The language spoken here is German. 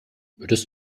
würdest